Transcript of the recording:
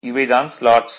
இவை தான் ஸ்லாட்ஸ்